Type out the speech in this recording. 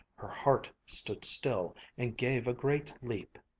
her heart stood still and gave a great leap.